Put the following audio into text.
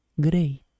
great